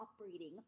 operating